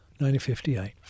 1958